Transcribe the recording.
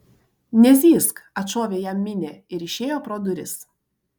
nezyzk atšovė jam minė ir išėjo pro duris